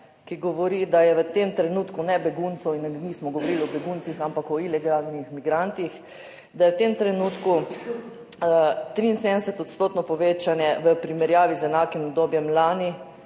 ki govori, da je v tem trenutku ne beguncev in nismo govorili o beguncih, ampak o ilegalnih migrantih, da je v tem trenutku 73 % povečanje v primerjavi z enakim obdobjem lani,